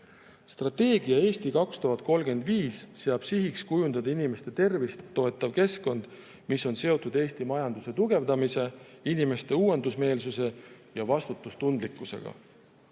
arvel. Strateegia "Eesti 2035" seab sihiks kujundada inimeste tervist toetav keskkond, mis on seotud Eesti majanduse tugevdamise, inimeste uuendusmeelsuse ja vastutustundlikkusega.